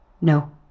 no